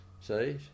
see